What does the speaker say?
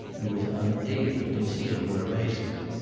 and was unable to conceal her amazement.